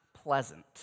Pleasant